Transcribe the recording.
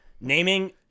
naming